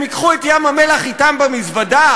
הם ייקחו את ים-המלח אתם במזוודה?